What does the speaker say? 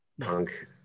punk